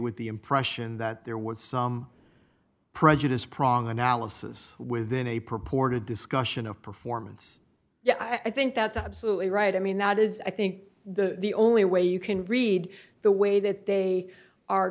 with the impression that there was some prejudice prong analysis within a purported discussion of performance i think that's absolutely right i mean that is i think the the only way you can read the way that they are